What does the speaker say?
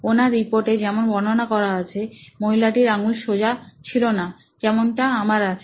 ওনার রিপোর্টে যেমন বর্ণনা করা আছে মহিলাটির আঙ্গুল সোজা ছিল না যেমনটা আমার আছে